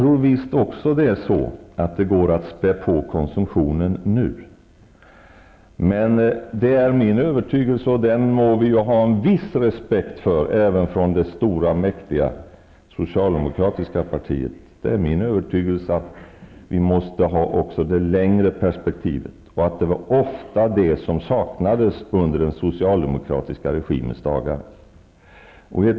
Också jag tror att det går att späda på konsumtionen nu, men det är min övertygelse -- och den må man ha en viss respekt för, även från det stora mäktiga socialdemokratiska partiet -- att vi måste ha det längre perspektivet framför oss. Det saknades ofta under den socialdemokratiska regimens dagar.